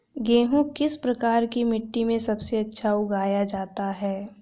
गेहूँ किस प्रकार की मिट्टी में सबसे अच्छा उगाया जाता है?